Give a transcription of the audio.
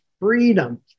freedom